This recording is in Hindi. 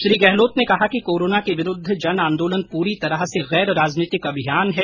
श्री गहलोत ने कहा कि कोरोना के विरूद्व जन आंदोलन पूरी तरह से गैर राजनैतिक अभियान है